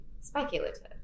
speculative